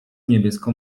niebieską